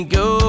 go